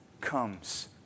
comes